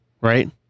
right